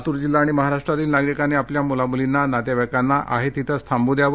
लातूर जिल्हा आणि महाराष्ट्रातील नागरिकांनी आपल्या मुलां मुलींना नातेवाईकांना आहे तिथे थांबू द्यावे